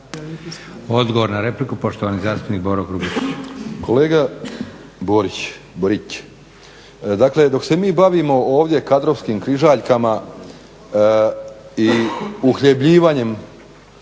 Odgovor na repliku, poštovani zastupnik Boro Grubišić. **Grubišić, Boro (HDSSB)** Kolega Borić, dakle dok se mi bavimo ovdje kadrovskim križaljkama i uhljebljivanjem